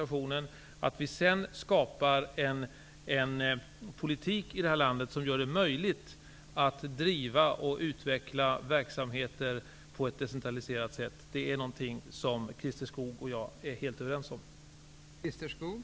Att man sedan skall skapa en politik i det här landet som gör det möjligt att driva och utveckla verksamheter på ett decentraliserat sätt är något som Christer Skoog och jag är helt överens om.